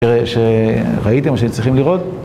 שראיתם, שצריכים לראות.